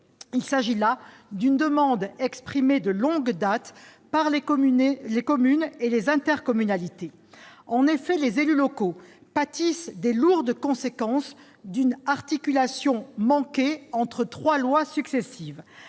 Il s'agit d'une demande exprimée de longue date par les communes et les intercommunalités. En effet, les élus locaux pâtissent des lourdes conséquences d'une articulation manquée entre trois lois successives